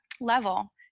level